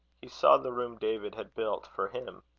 he saw the room david had built for him.